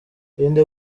irinde